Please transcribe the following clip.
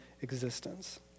existence